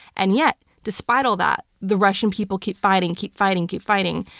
and yet, despite all that, the russian people keep fighting, keep fighting, keep fighting.